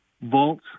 volts